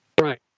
Right